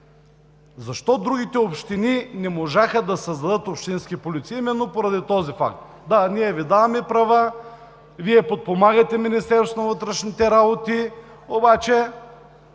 Защо другите общини не можаха да създадат общински полиции? Именно поради този факт – да, ние Ви даваме права, Вие подпомагате Министерството на вътрешните работи, обаче